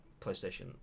PlayStation